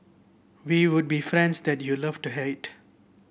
we would be friends that you love to hate